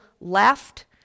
left